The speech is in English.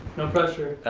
no pressure.